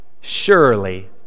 surely